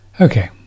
Okay